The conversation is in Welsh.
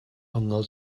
ongl